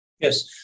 Yes